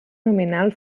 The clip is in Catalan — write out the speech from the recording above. nominal